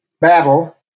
battle